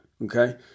Okay